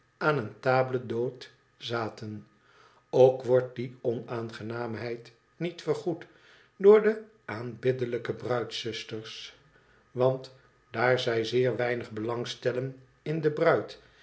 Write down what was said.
aan een table d'hote zaten ook wordt die onaangenaamheid niet vergoed door de aanbiddelijke bruidzusters want daar zij zeer weinig belang stellen in de bruid